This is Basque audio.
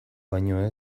baino